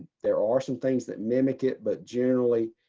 there are some things that mimic it. but generally,